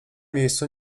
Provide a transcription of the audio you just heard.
miejscu